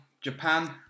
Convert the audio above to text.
Japan